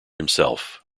himself